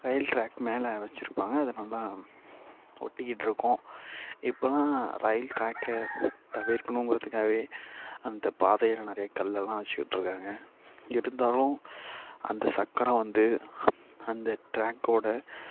ரயில் track மேலே வச்சுருப்பாங்க அது நல்லா ஒட்டிக்கிட்டு இருக்கும் இப்போலாம் ரயில் டிராக் தவிர்க்கணும்ங்கிறதுக்காகவே அந்த பாதையில நிறைய கல்லலான் வச்சுக்கிட்டு இருக்காங்க இருந்தாலும் அந்த சக்கரம் வந்து அந்த ட்ராக்கோடய